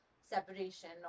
separation